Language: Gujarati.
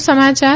વધુ સમાચાર